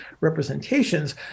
representations